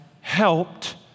helped